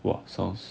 !wah! sounds